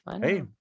Hey